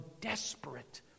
desperate